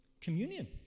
Communion